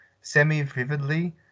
semi-vividly